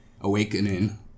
Awakening